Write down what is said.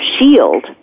shield